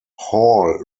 hall